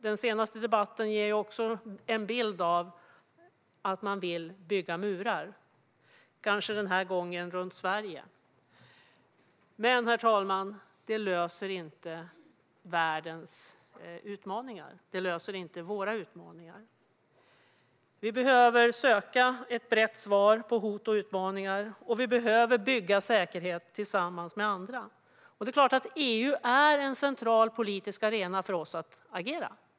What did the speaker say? Den senaste debatten ger en bild av att man vill bygga murar, kanske runt Sverige den här gången. Men det löser inte världens och våra utmaningar. Vi behöver söka ett brett svar på hot och utmaningar, och vi behöver bygga säkerhet tillsammans med andra. Det är klart att EU är en central politisk arena för oss att agera i.